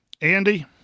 Andy